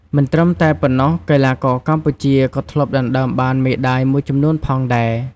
មិនត្រឹមតែប៉ុណ្ណោះ កីឡាករកម្ពុជាក៏ធ្លាប់ដណ្ដើមបានមេដាយមួយចំនួនផងដែរ។